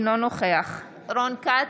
אינו נוכח רון כץ,